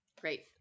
Great